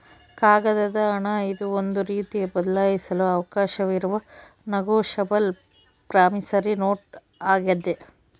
ಕಾಗದದ ಹಣ ಇದು ಒಂದು ರೀತಿಯ ಬದಲಾಯಿಸಲು ಅವಕಾಶವಿರುವ ನೆಗೋಶಬಲ್ ಪ್ರಾಮಿಸರಿ ನೋಟ್ ಆಗ್ಯಾದ